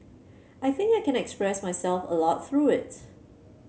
I think I can express myself a lot through it